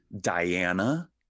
Diana